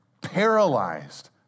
paralyzed